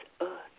earth